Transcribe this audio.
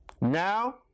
Now